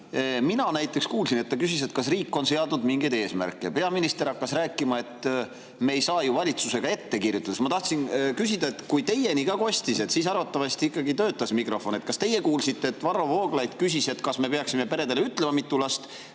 Mina näiteks kuulsin, et ta küsis, kas riik on seadnud mingeid eesmärke. Peaminister hakkas rääkima, et valitsus ei saa ju ette kirjutada. Ma tahtsin küsida. Kui teieni ka kostis, siis arvatavasti ikkagi mikrofon töötas. Kas teie kuulsite, et Varro Vooglaid küsis, kas me peaksime peredele ütlema, mitu last